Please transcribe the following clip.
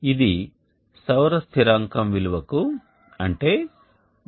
ఇది సౌర స్థిరాంకం విలువకు అంటే 1